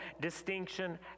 distinction